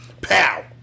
Pow